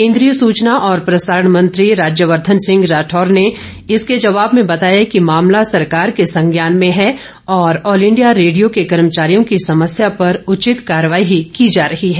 केन्द्रीय सुचना और प्रसारण मंत्री राज्यवर्धन सिंह राठौर ने इसके जवाब में बताया कि मामला सरकार के संज्ञान में हैं और ऑल इंडिया रेडियो के कर्मचारियों की समस्या पर उचित कार्यवाही की जा रही है